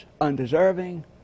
undeserving